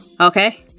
Okay